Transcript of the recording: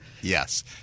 Yes